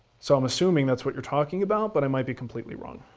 so i'm assuming that's what you're talking about but i might be completely wrong.